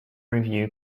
review